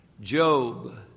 Job